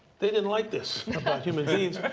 they didn't like this about human